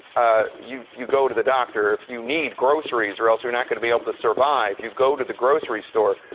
ah you you go to the doctor if you need groceries or else you're not going to be able to survive. you go to the grocery store.